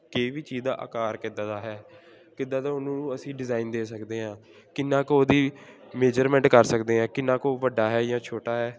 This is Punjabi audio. ਕਿਸੇ ਵੀ ਚੀਜ਼ ਦਾ ਆਕਾਰ ਕਿੱਦਾਂ ਦਾ ਹੈ ਕਿੱਦਾਂ ਦਾ ਉਹਨੂੰ ਅਸੀਂ ਡਿਜ਼ਾਇਨ ਦੇ ਸਕਦੇ ਹਾਂ ਕਿੰਨਾ ਕੁ ਉਹਦੀ ਮੇਜਰਮੈਂਟ ਕਰ ਸਕਦੇ ਹਾਂ ਕਿੰਨਾ ਕੁ ਉਹ ਵੱਡਾ ਹੈ ਜਾਂ ਛੋਟਾ ਹੈ